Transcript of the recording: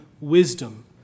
wisdom